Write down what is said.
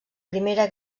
primera